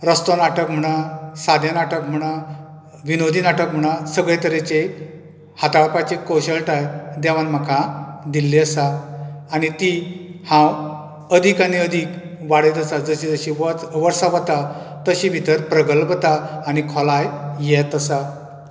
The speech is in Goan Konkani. रस्तो नाटक म्हणा सादें नाटक म्हणां विनोदी नाटक म्हणा सगळें तरेचे हाताळपाची कुशळटाय देवान म्हाका दिल्ली आसा आनी ती हांव आदीक आनी आदीक वाडयत आसां जशें जशें वर्सा वता तशी भितर प्रगलभता आनी खोलाय येत आसा